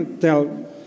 tell